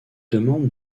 demande